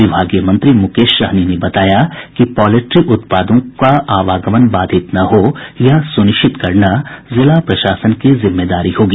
विभागीय मंत्री मुकेश सहनी ने बताया कि पॉल्ट्री उत्पादों का आवागमन बाधित न हो यह सुनिश्चित करना जिला प्रशासन की जिम्मेदारी होगी